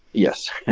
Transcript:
yes